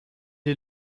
est